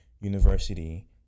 university